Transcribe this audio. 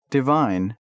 Divine